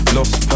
Lost